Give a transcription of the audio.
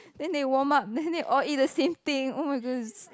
then they warm up then they all eat the same thing oh my